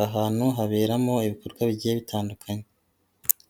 aha hantu haberamo ibikorwa bigiye bitandukanye.